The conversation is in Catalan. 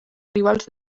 rivals